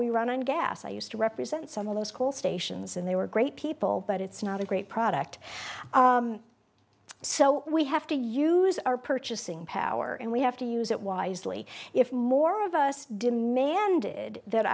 we run on gas i used to represent some of those coal stations and they were great people but it's not a great product so we have to use our purchasing power and we have to use it wisely if more of us demanded that